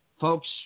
Folks